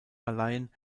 verleihen